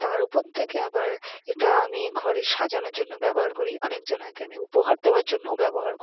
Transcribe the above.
তার উপর থেকে আবার এটা আমি ঘরে সাজানোর জন্য ব্যবহার করি অনেকজনকে আমি উপহার দেওয়ার জন্যও ব্যবহার করি